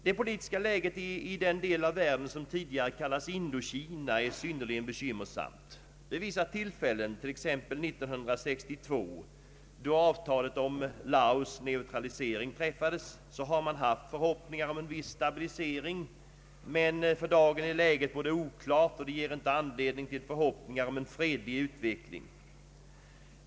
Det politiska läget i den del av världen som tidigare kallades Indokina är synnerligen bekymmersamt. Vid vissa tillfällen, t.ex. 1962 då avtalet om Laos” neutralisering träffades, har man hyst förhoppningar om en viss stabilisering, men för dagen är läget oklart och ger inte anledning till förhoppningar om en fredlig utveckling.